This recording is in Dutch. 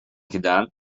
gedaan